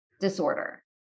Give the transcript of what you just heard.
disorder